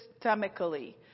systemically